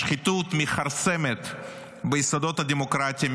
השחיתות מכרסמת ביסודות הדמוקרטיה,